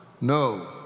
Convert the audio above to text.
no